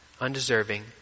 undeserving